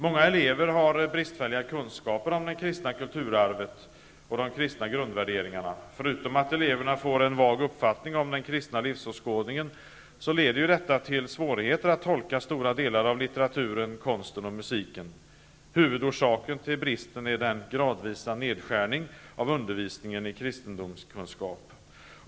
Många elever har bristfälliga kunskaper om det kristna kulturarvet och de kristna grundvärderingarna. Förutom att eleverna får en vag uppfattning om den kristna livsåskådningen leder detta till svårigheter att tolka stora delar av litteraturen, konsten och musiken. Huvudorsaken till bristen är den gradvisa nedskärningen av undervisningen i kristendomskunskap.